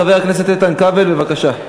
חבר הכנסת איתן כבל, בבקשה.